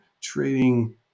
trading